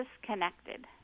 disconnected